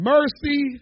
Mercy